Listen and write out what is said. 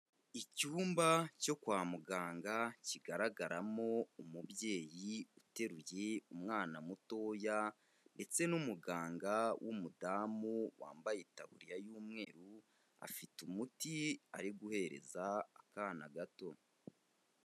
Icyumba cyo kwa muganga, kigaragaramo umubyeyi uteruye umwana mutoya, ndetse n'umuganga w'umudamu wambaye itaburiya y'umweru, afite umuti ari guhereza akana gato.